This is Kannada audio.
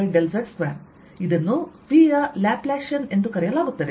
ಇದನ್ನು Vಯ ಲ್ಯಾಪ್ಲಾಸಿಯನ್ ಎಂದು ಕರೆಯಲಾಗುತ್ತದೆ